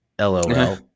LOL